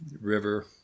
river